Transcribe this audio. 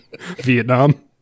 Vietnam